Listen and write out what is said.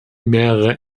mehrere